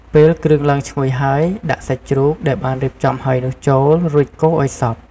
ពេលគ្រឿងឡើងឈ្ងុយហើយ ដាក់ សាច់ជ្រូក ដែលបានរៀបចំហើយនោះចូល រួចកូរឱ្យសព្វ។